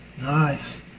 Nice